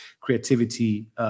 creativity